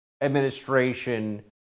administration